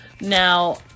Now